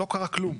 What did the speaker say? לא קרה כלום.